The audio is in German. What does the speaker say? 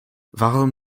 warum